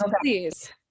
please